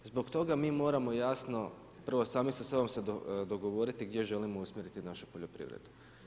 Zbog toga mi moramo jasno prvo sami sa sobom se dogovoriti gdje želimo usmjeriti našu poljoprivredu.